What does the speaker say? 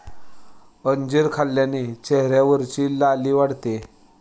अंजीर खाल्ल्याने चेहऱ्यावरची लाली वाढते